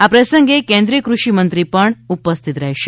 આ પ્રસંગે કેન્દ્રિય ક઼ષિ મંત્રી પણ ઉપસ્થિત રહેશે